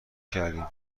کردیم